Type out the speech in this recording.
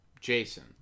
Jason